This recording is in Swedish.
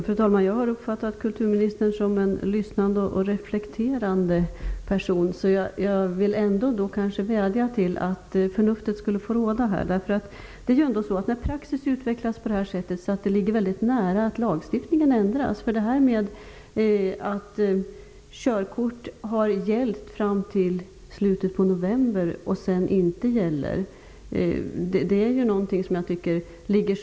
Fru talman! Jag har uppfattat kulturministern som en lyssnande och reflekterande person, så jag vill vädja till henne att låta förnuftet råda. När praxis utvecklas på det här sättet är det nästan fråga om en lagändring. I detta fall har alltså körkort gällt fram till slutet av november, men gäller inte därefter.